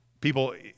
People